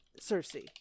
Cersei